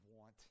want